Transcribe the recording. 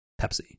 Pepsi